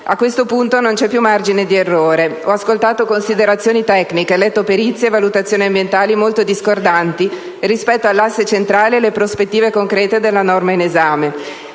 A questo punto non c'è più margine di errore. Ho ascoltato considerazioni tecniche e letto perizie e valutazioni ambientali molto discordanti rispetto all'asse centrale e alle prospettive concrete della norma in esame.